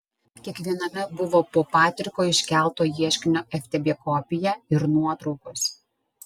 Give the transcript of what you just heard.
kiekviename buvo po patriko iškelto ieškinio ftb kopiją ir nuotraukos